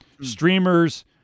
streamers